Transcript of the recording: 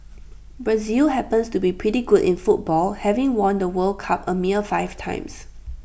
Brazil happens to be pretty good in football having won the world cup A mere five times